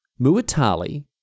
Muatali